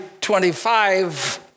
25